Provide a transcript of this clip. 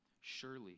Surely